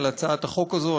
על הצעת החוק הזאת.